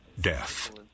death